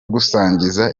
gusangiza